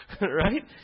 Right